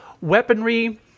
weaponry